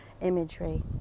imagery